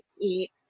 eat